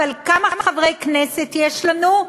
וכמה חברי כנסת יש לנו?